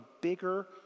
bigger